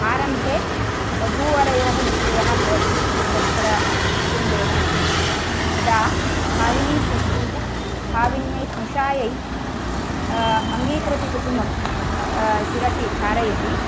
आरम्भे वधूवरयोः निश्चयः भवति परस्परकुटुम्बेन तदा भाविनी श्वश्रूः भाविन्यै स्नुषायै अङ्गीकृतीकुसुमं शिरसि धारयति